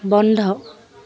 বন্ধ